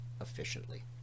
efficiently